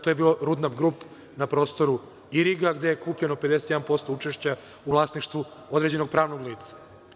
To je bilo „Rudnap grup“ na prostoru Iriga, gde je kupljeno 51% učešća u vlasništvu određenog pravnog lica.